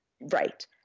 Right